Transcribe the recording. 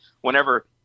whenever –